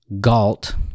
GALT